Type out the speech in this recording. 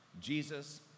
Jesus